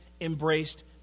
embraced